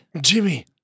Jimmy